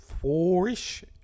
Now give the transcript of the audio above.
four-ish